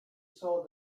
saw